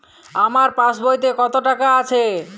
আমার পাসবইতে কত টাকা আছে?